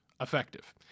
effective